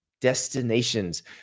destinations